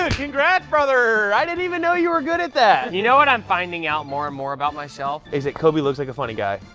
ah congrats, brother. i didn't even know you were good at that. you know what i'm finding out more and more about myself? is that coby looks like a funny guy?